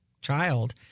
child